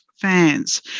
fans